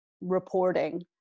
reporting